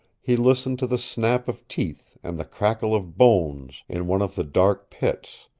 he listened to the snap of teeth and the crackle of bones in one of the dark pits,